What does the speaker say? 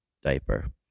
diaper